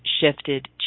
shifted